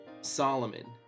Solomon